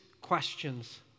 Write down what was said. questions